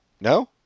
No